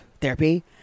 therapy